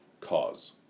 cause